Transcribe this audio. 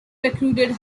recruited